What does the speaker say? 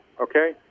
okay